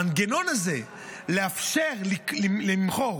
המנגנון הזה לאפשר למכור,